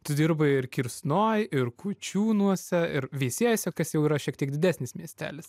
tu dirbai ir kirsnoj ir kučiūnuose ir veisiejuose kas jau yra šiek tiek didesnis miestelis